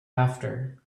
after